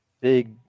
big